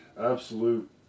absolute